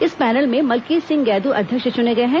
इस पैनल में मलकीत सिंह गैदू अध्यक्ष चुने गए हैं